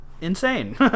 insane